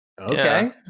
Okay